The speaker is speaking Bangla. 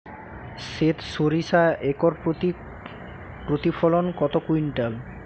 সেত সরিষা একর প্রতি প্রতিফলন কত কুইন্টাল?